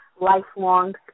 lifelong